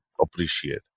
appreciate